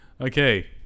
Okay